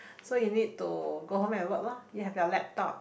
so you need to go home and work lor you have your laptop